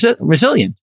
resilient